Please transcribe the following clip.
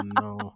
no